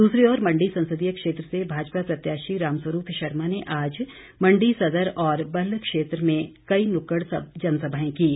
दूसरी ओर मंडी संसदीय क्षेत्र से भाजपा प्रत्याशी रामस्वरूप शर्मा ने आज मंडी सदर और बल्ह क्षेत्र में कई नुक्कड़ जनसभाएं कीं